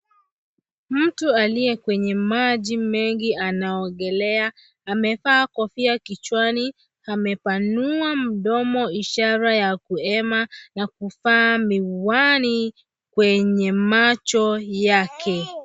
Mtu aliye kwenye maji mengi anaogelea, amevaa kofia kichwani ,amepanua mdomo, ishara ya kuhema na kuvaa miwani kwenye macho yake.